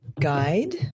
guide